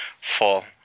fall